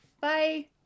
Bye